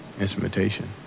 instrumentation